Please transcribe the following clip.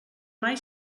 mai